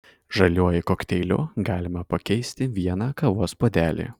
žaliuoju kokteiliu galima pakeisti vieną kavos puodelį